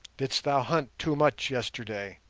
didst thou hunt too much yesterday